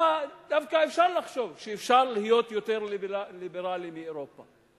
דווקא אפשר לחשוב שאפשר להיות יותר ליברלים מאירופה.